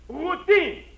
routine